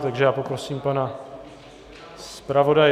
Takže poprosím pana zpravodaje.